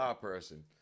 person